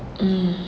mm